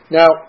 now